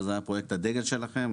שזה היה פרויקט הדגל שלכם,